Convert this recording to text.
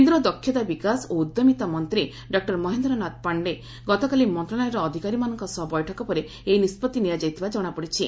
କେନ୍ଦ୍ର ଦକ୍ଷତା ବିକାଶ ଓ ଉଦ୍ୟମିତା ମନ୍ତ୍ରୀ ଡ ମହେନ୍ଦ୍ର ନାଥ ପାଣ୍ଡେ ମଙ୍ଗଳବାର ମନ୍ତଶାଳୟର ଅଧିକାରୀମାନଙ୍କ ସହ ବୈଠକ ପରେ ଏହି ନିଷ୍ପଭି ହୋଇଥିବା ଜଣାପଡିଛି